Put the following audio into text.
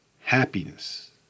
happiness